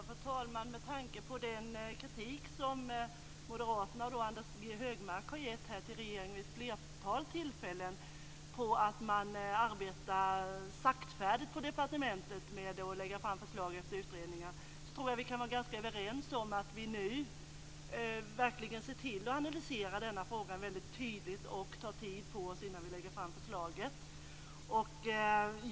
Fru talman! Med tanke på den kritik som moderaterna och Anders G Högmark vid ett flertal tillfällen har riktat till regeringen om att man på departementet arbetar saktfärdigt med att lägga fram förslag efter utredningar tror jag att vi kan vara ganska överens om att vi nu verkligen skall se till att frågan analyseras väldigt tydligt och att vi tar tid på oss innan ett förslag läggs fram.